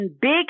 big